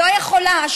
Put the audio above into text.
לא יכולה.